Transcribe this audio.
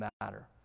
matter